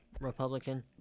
Republican